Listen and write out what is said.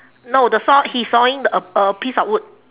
no the saw he is sawing a a piece of wood